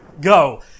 go